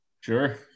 Sure